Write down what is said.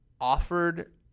Offered